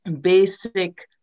basic